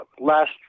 Last